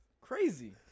Crazy